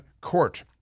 Court